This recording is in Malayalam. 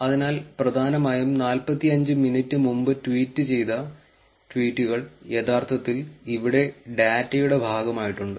അതിനാൽ പ്രധാനമായും 45 മിനിറ്റ് മുമ്പ് ട്വീറ്റ് ചെയ്ത ട്വീറ്റുകൾ യഥാർത്ഥത്തിൽ ഇവിടെ ഡാറ്റയുടെ ഭാഗമായിട്ടുണ്ട്